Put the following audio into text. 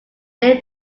dear